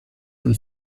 and